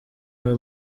aba